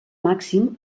màxim